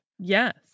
Yes